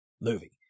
movie